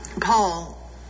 Paul